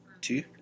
two